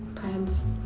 pants.